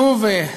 שוב,